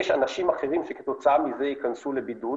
יש אנשים אחרים שכתוצאה מזה ייכנסו לבידוד,